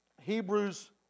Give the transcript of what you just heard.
Hebrews